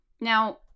now